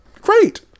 Great